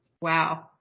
Wow